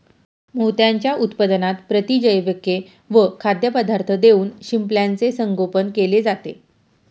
मोत्यांच्या उत्पादनात प्रतिजैविके व खाद्यपदार्थ देऊन शिंपल्याचे संगोपन केले जाते